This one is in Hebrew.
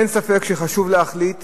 אין ספק שחשוב להחליט